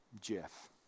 Jeff